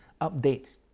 update